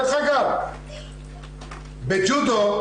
בג'ודו,